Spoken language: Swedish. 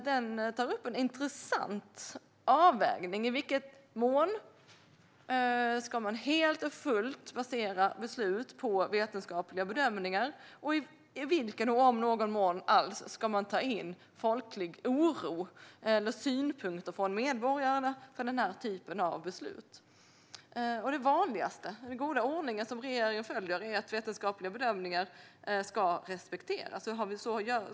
Den tar upp en intressant avvägning: I vilken mån ska man helt och fullt basera beslut på vetenskapliga bedömningar, och i vilken mån - om någon - ska man ta in folklig oro eller synpunkter från medborgarna när det gäller denna typ av beslut? Det vanligaste, och den goda ordning som regeringen följer, är att vetenskapliga bedömningar ska respekteras.